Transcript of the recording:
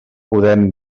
podem